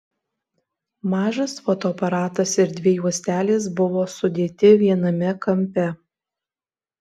mažas fotoaparatas ir dvi juostelės buvo sudėti viename kampe